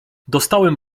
dostałem